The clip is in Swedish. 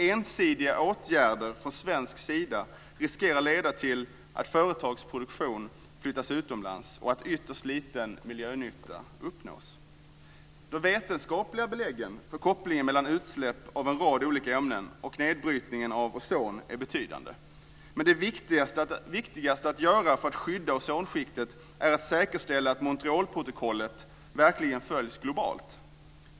Ensidiga åtgärder från svensk sida riskerar att leda till att företags produktion flyttas utomlands och att ytterst liten miljönytta uppnås. De vetenskapliga beläggen för kopplingen mellan utsläpp av en rad olika ämnen och nedbrytningen av ozon är betydande. Det viktigaste att göra för att skydda ozonskiktet är att säkerställa att Montrealprotokollet verkligen följs globalt.